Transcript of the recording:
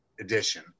edition